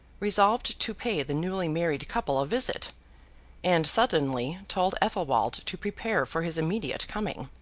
resolved to pay the newly-married couple a visit and, suddenly, told athelwold to prepare for his immediate coming.